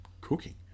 cooking